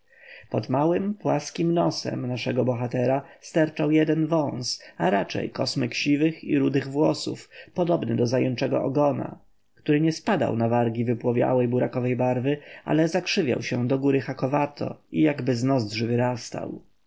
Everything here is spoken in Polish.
pod małym płaskim nosem naszego bohatera sterczał jeden wąs a raczej kosmyk siwych i rudych włosów podobny do zajęczego ogona który nie spadał na wargi wypłowiałej burakowej barwy ale zakrzywiał się do góry hakowato i jakby z nozdrzy wyrastał